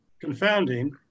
confounding